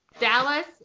Dallas